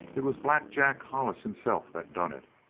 it was black jack hollis himself that done it!